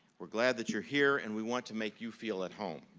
we're glad that you're here and we want to make you feel at home.